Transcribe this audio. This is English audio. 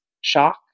shock